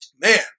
man